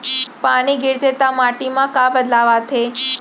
पानी गिरथे ता माटी मा का बदलाव आथे?